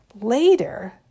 Later